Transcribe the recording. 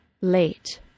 late